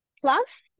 plus